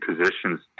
positions